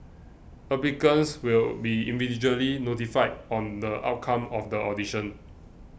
applicants will be individually notified on the outcome of the audition